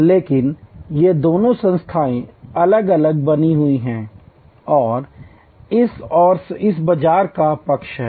लेकिन ये दोनों संस्थाएँ अलग अलग बनी हुई हैं और इस ओर इस बाज़ार का पक्ष है